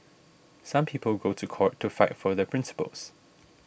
some people go to court to fight for their principles